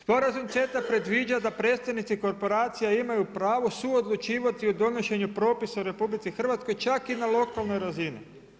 Sporazum CETA-e previđa da predstavnici korporacija imaju pravo suodlučivati o donošenju propisa u RH, čak i na lokalnoj razini.